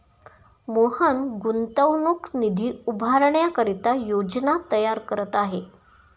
मोहन गुंतवणूक निधी उभारण्याकरिता योजना तयार करत आहे